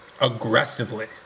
aggressively